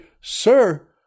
sir